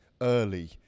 early